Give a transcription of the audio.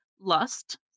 lust